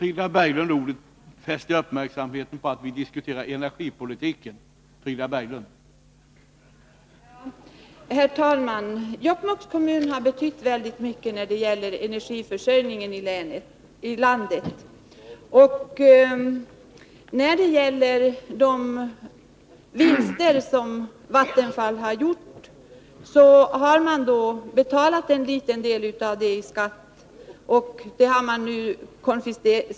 Jag får fästa uppmärksamheten på att taletiden för andra inlägget är två minuter. Den tiden har nu gått ut.